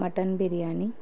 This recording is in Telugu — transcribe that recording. మటన్ బిర్యానీ